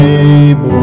able